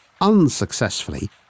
unsuccessfully